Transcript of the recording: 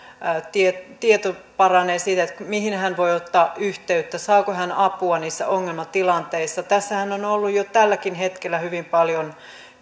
tieto tieto paranee siitä mihin hän voi ottaa yhteyttä saako hän apua niissä ongelmatilanteissa tässähän on ollut jo tälläkin hetkellä hyvin paljon